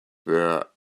were